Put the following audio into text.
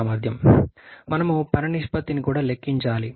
మేము పని నిష్పత్తిని కూడా లెక్కించాలి